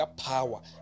power